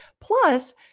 Plus